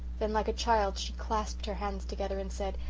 then like a child she clasped her hands together and said,